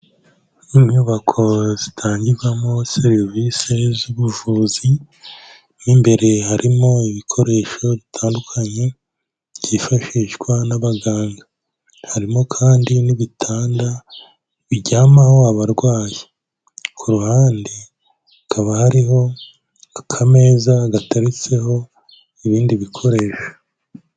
Inyubako zitangirwamo serivisi z'ubuvuzi mo imbere harimo ibikoresho bitandukanye, byifashishwa n'abaganga, harimo kandi n'ibitanda biryamaho abarwayi, ku ruhande hakaba hariho akameza gateretseho ibindi bikoresho.